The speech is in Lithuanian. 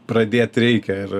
pradėt reikia ir